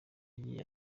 yagize